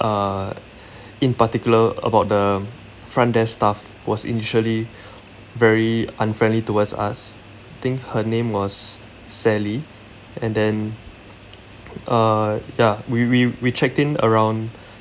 uh in particular about the front desk staff was initially very unfriendly towards us think her name was sally and then uh ya we we we checked in around